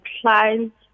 clients